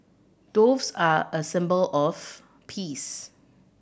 doves are a symbol of peace